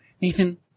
Nathan